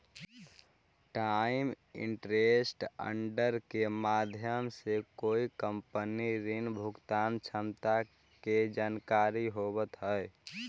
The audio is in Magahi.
टाइम्स इंटरेस्ट अर्न्ड के माध्यम से कोई कंपनी के ऋण भुगतान क्षमता के जानकारी होवऽ हई